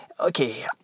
Okay